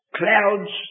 clouds